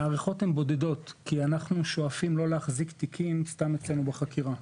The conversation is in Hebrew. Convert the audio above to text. הארכות בודדות כי אנחנו שואפים לא להחזיק תיקים סתם אצלנו בחקירה.